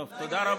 טוב, תודה רבה.